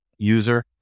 user